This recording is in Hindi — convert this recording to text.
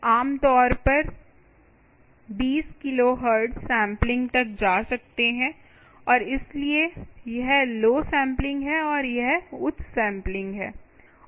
आप आमतौर पर 20 किलोहर्ट्ज़ सैंपलिंग तक जा सकते हैं और इसलिए यह लौ सैंपलिंग है और यह उच्च सैंपलिंग है